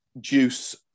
juice